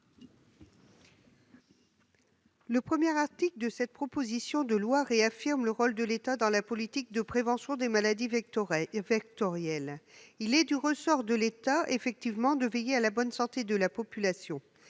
Le premier article de cette proposition de loi réaffirme le rôle de l'État dans la politique de prévention des maladies vectorielles. Il est effectivement du ressort de l'État de veiller à la bonne santé de la population.